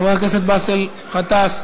חבר הכנסת באסל גטאס,